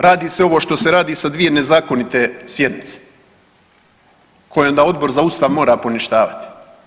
Radi se ovo što se radi sa dvije nezakonite sjednice koje onda Odbor za Ustav mora poništavati.